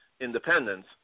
independence